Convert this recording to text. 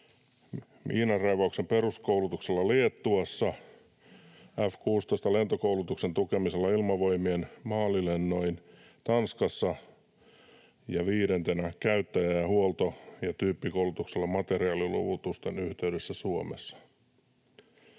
miinanraivauksen peruskoulutuksella Liettuassa, F‑16-lentokoulutuksen tukemisella Ilmavoimien maalilennoin Tanskassa ja viidentenä käyttäjä-, huolto- ja tyyppikoulutuksella materiaaliluovutusten yhteydessä Suomessa.